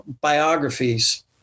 biographies